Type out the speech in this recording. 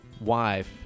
Wife